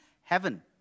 heaven